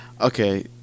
Okay